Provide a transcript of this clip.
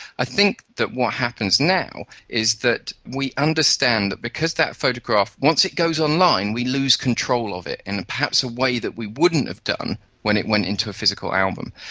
i think that what happens now is that we understand that because that photograph, once it goes online we lose control of it in perhaps a way that we wouldn't have done when it went into a physical album.